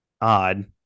odd